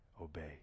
obey